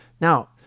Now